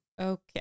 Okay